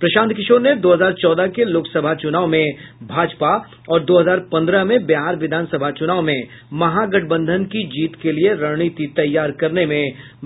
प्रशांत किशोर ने दो हजार चौदह के लोकसभा चुनाव में भाजपा और दो हजार पंद्रह में बिहार विधानसभा चूनाव में महागठबंधन की जीत के लिए रणनीति तैयार करने में